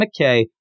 McKay